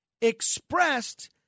expressed